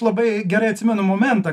labai gerai atsimenu momentą